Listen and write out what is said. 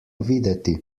videti